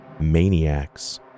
maniacs